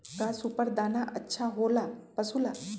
का सुपर दाना अच्छा हो ला पशु ला?